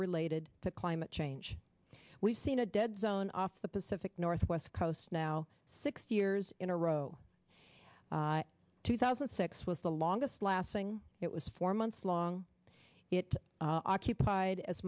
related to climate change we've seen a dead zone off the pacific northwest coast now sixty years in a row two thousand and six was the longest lasting it was four months long it occupied as